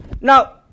Now